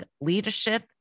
leadership